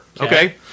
Okay